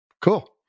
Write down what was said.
Cool